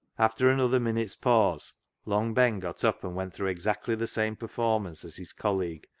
after another minute's pause long ben got up and went through exactly the same per formance as his colleague,